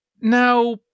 now